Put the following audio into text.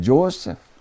Joseph